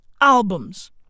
albums